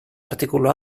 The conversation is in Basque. artikulu